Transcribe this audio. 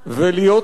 ולהיות נחושה,